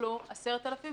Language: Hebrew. נוצלו 10,000,